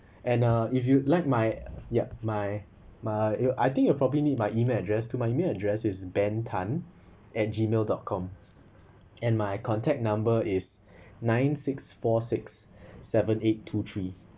and uh if you'd like my yup my my you I think you probably need my email address to my email address is ben tan at gmail dot com and my contact number is nine six four six seven eight two three